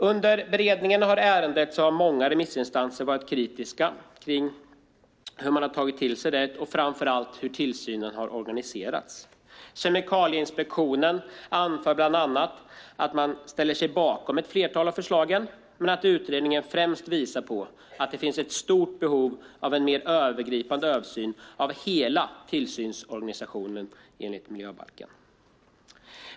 Under beredningen av ärendet har många remissinstanser varit kritiska mot framför allt hur tillsynen ska organiseras. Kemikalieinspektionen ställer sig bakom ett flertal av förslagen men anser att utredningen främst visar att det finns ett stort behov av en mer övergripande översyn av hela tillsynsorganisationen.